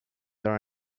are